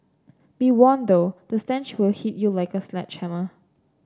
be warned though stench will hit you like a sledgehammer